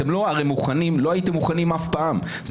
אתם הרי לא מוכנים ולא הייתם מוכנים אף פעם.